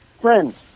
Friends